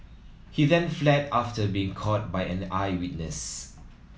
he then fled after being caught by an eyewitness